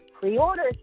pre-orders